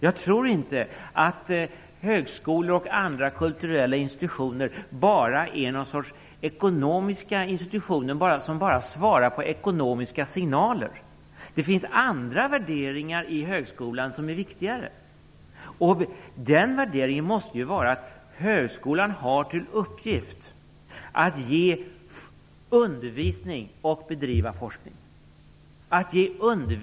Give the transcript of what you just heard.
Jag tror inte att högskolor och andra kulturella institutioner bara är någon sorts ekonomiska institutioner, som enbart svarar på ekonomiska signaler. Det finns andra värderingar i högskolan som är viktigare. Den värderingen måste vara att högskolan har till uppgift att ge undervisning och bedriva forskning.